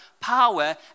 power